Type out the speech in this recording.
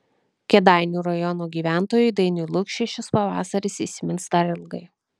kėdainių rajono gyventojui dainiui lukšiui šis pavasaris įsimins dar ilgai